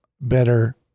better